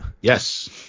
Yes